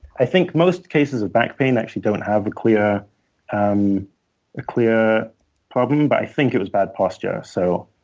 i think most cases of back pain actually don't have a clear um a clear problem. but i think it was bad posture. so